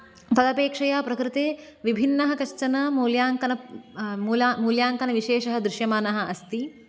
तदपेक्षया प्रकृते विभिन्नः कश्चन मूल्याङ्कन मूला मूल्याङ्कनविशेषः दृश्यमानः अस्ति